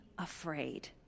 Afraid